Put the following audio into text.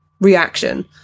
reaction